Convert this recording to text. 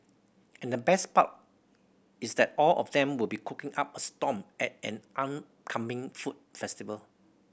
and the best part is that all of them will be cooking up a storm at an on coming food festival